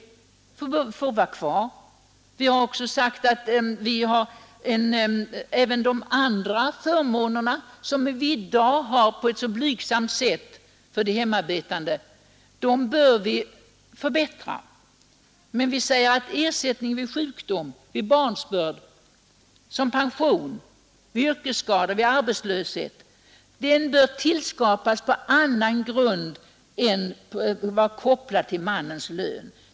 De får vara kvar. Vi har också sagt att de andra förmåner, som vi i dag har på ett så blygsamt sätt för de hemarbetande, bör förbättras. Men vi säger att ersättning vid sjukdom eller vid barnsbörd, pension, vid yrkesskador och arbetslöshet bör tillskapas på annan grund än att vara kopplad till mannens lön.